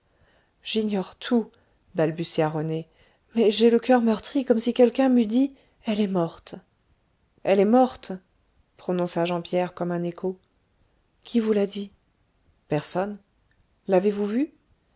j'ignore tout balbutia rené mais j'ai le coeur meurtri comme si quelqu'un m'eût dit elle est morte elle est morte prononça jean pierre comme un écho qui vous l'a dit personne l'avez-vous vue